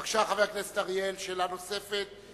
בבקשה, חבר הכנסת אריאל, שאלה נוספת.